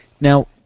Now